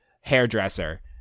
hairdresser